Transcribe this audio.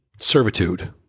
servitude